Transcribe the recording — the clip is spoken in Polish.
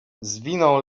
zwinął